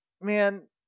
man